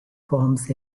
forms